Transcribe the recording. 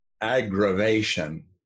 aggravation